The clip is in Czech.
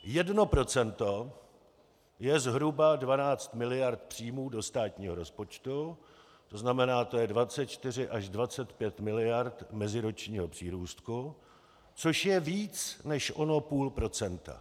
Jedno procento je zhruba 12 mld. příjmů do státního rozpočtu, to je 24 až 25 mld. meziročního přírůstku, což je víc než ono půl procenta.